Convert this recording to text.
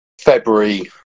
February